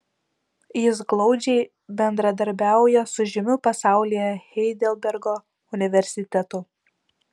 jis glaudžiai bendradarbiauja su žymiu pasaulyje heidelbergo universitetu